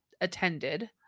attended